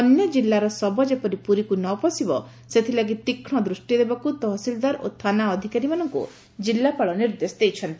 ଅନ୍ୟ ଜିଲ୍ଲାର ଶବ ଯେପରି ପୁରୀକୁ ନ ପଶିବ ସେଥିଲାଗି ତୀକ୍ଷଣ ଦୂଷ୍ଟି ଦେବାକୁ ତହସିଲଦାର ଓ ଥାନା ଅଧିକାରୀମାନଙ୍କୁ ଜିଲ୍ଲାପାଳ ନିର୍ଦ୍ଦେଶ ଦେଇଛନ୍ତି